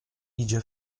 idzie